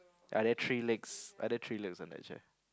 are there three legs are there three legs on that chair